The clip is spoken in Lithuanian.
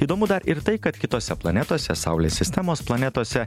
įdomu ir tai kad kitose planetose saulės sistemos planetose